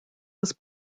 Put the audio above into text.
was